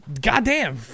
goddamn